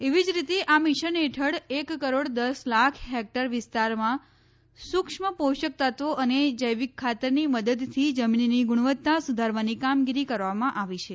એવી જ રીતે આ મિશન હેઠળ એક કરોડ દસ લાખ હેકટર વિસ્તારમાં સુક્ષ્મ પોષક તત્વો અને જૈવિક ખાતરની મદદથી જમીનની ગુણવત્તા સુધારવાની કામગીરી કરવામાં આવી છે